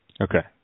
Okay